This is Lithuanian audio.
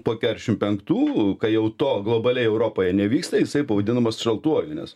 po keturiasdešim penktų kai jau to globaliai europoje nevyksta jisai pavadinamas šaltuoju nes